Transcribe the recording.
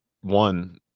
one